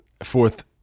fourth